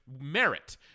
merit